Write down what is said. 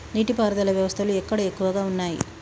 నీటి పారుదల వ్యవస్థలు ఎక్కడ ఎక్కువగా ఉన్నాయి?